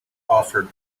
offered